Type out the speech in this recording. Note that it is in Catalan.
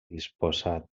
disposat